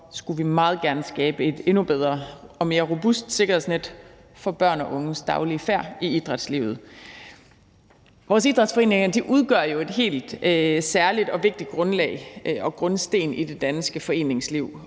skulle vi så meget gerne skabe et endnu bedre og mere robust sikkerhedsnet for børn og unges daglige færd i idrætslivet. Vores idrætsforeninger udgør jo en grundsten og et helt særligt og meget vigtigt grundlag i det danske foreningsliv